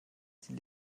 die